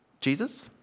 Jesus